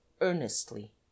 earnestly